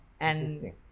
Interesting